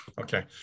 Okay